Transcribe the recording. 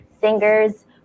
singers